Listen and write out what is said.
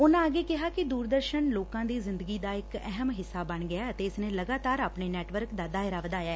ਉਨਾਂ ਅੱਗੇ ਕਿਹਾ ਕਿ ਦੁਰਦਰਸ਼ਨ ਲੋਕਾਂ ਦੀ ਜਿੰਦਗੀ ਦਾ ਇਕ ਅਹਿਮ ਹਿੱਸਾ ਬਣ ਗਿਐ ਅਤੇ ਇਸ ਨੇ ਲਗਾਤਾਰ ਆਪਣੇ ਨੈੱਟਵਰਕ ਦਾ ਦਾਇਰਾ ਵਧਾਇਐ